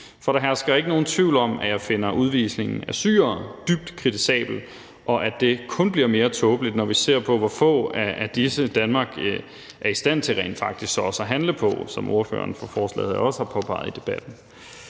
for der hersker ikke nogen tvivl om, at jeg finder udvisningen af syrere dybt kritisabel, og at det kun bliver mere tåbeligt, når vi ser på, hvor få af disse Danmark er i stand til rent faktisk at handle på, som ordføreren for forslagsstillerne også har påpeget i debatten.